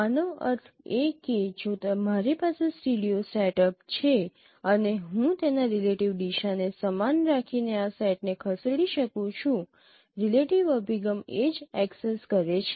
આનો અર્થ એ કે જો મારી પાસે સ્ટીરિયો સેટઅપ છે અને હું તેના રિલેટિવ દિશા ને સમાન રાખીને આ સેટને ખસેડી શકું છું રિલેટિવ અભિગમ એ જ એક્સેસ કરે છે